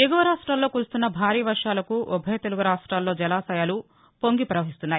ఎగువ రాష్టాల్లో కురుస్తున్న భారీ వర్షాలకు ఉభయ తెలుగు రాష్టాల్లో జలాశయాలు పొంగి ప్రపహిస్తున్నాయి